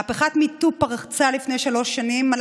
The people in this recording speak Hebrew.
מהפכת MeToo פרצה לפני שלוש שנים על